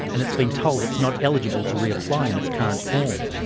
and it's been told it's not eligible to reapply in its current form.